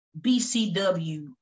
BCW